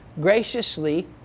graciously